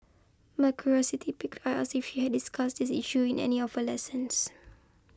my curiosity piqued I asked if she had discussed this issue in any of her lessons